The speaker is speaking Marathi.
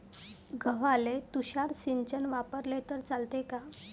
गव्हाले तुषार सिंचन वापरले तर चालते का?